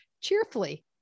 cheerfully